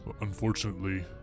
Unfortunately